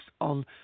on